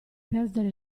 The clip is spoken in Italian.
perdere